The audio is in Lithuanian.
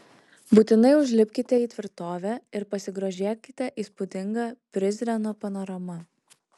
būtinai užlipkite į tvirtovę ir pasigrožėkite įspūdinga prizreno panorama